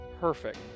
perfect